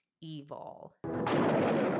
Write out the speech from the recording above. evil